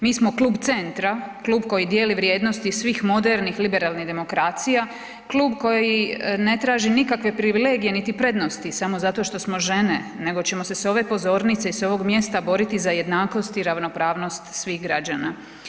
Mi smo klub centra, klub koji dijeli vrijednosti svih modernih liberalnih demokracija, klub koji ne traži nikakve privilegije niti prednosti samo zato što smo žene nego ćemo se s ove pozornice i s ovog mjesta boriti za jednakost i ravnopravnost svih građana.